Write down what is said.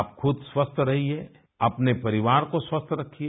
आप खुद स्वस्थ रहिए अपने परिवार को स्वस्थ रखिए